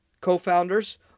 co-founders